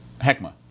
Heckma